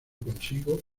consigo